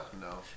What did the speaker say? no